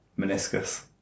meniscus